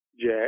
Jack